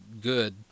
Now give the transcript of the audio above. good